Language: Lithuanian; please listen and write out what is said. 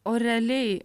o realiai